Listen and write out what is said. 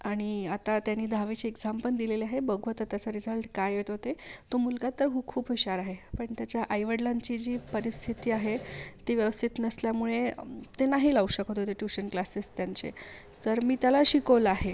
आणि आता त्याने दहावीची एक्झाम पण दिलेली आहे बघू आता त्याचा रिझल्ट काय येतो ते तो मुलगा तर खूप हुशार आहे पण त्याच्या आईवडलांची जी परिस्थिती आहे ती व्यवस्थित नसल्यामुळे ते नाही लावू शकत होते ट्यूशन क्लासेस त्यांचे तर मी त्याला शिकवलं आहे